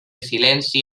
silenci